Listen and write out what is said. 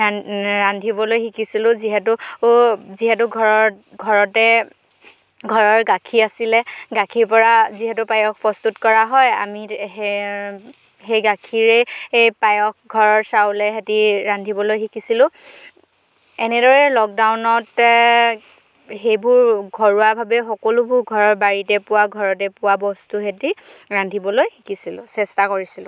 ৰান্ধিবলৈ শিকিছিলোঁ যিহেতু যিহেতু ঘৰত ঘৰতে ঘৰৰ গাখীৰ আছিলে গাখীৰ পৰা যিহেতু পায়স প্ৰস্তুত কৰা হয় আমি সেই গাখীৰেই পায়স ঘৰৰ চাউলে হেতি ৰান্ধিবলৈ শিকিছিলোঁ এনেদৰে লকডাউনত সেইবোৰ ঘৰুৱাভাৱে সকলোবোৰ ঘৰৰ বাৰীতে পোৱা ঘৰতে পোৱা বস্তু হেতি ৰান্ধিবলৈ শিকিছিলোঁ চেষ্টা কৰিছিলোঁ